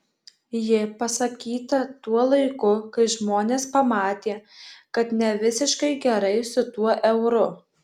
ji pasakyta tuo laiku kai žmonės pamatė kad ne visiškai gerai su tuo euru